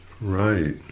Right